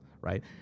right